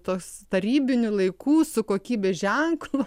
tos tarybinių laikų su kokybės ženklu